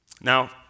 Now